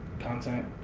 content,